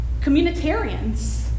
communitarians